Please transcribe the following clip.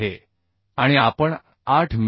आहे आणि आपण 8 मि